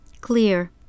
clear